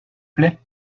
plait